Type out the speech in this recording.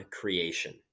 creation